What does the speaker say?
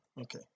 okay